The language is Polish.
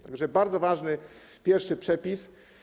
Tak że to bardzo ważny pierwszy przepis.